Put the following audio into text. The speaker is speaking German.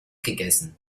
gegessen